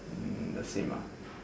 the same ah